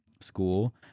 school